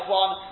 one